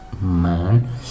man